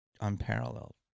Unparalleled